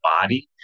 body